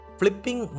flipping